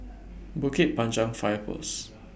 Bukit Panjang Fire Post